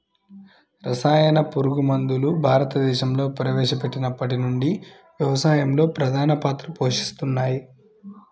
రసాయన పురుగుమందులు భారతదేశంలో ప్రవేశపెట్టినప్పటి నుండి వ్యవసాయంలో ప్రధాన పాత్ర పోషిస్తున్నాయి